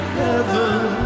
heaven